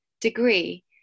degree